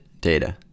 data